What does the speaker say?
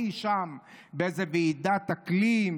אי שם באיזה ועידת אקלים,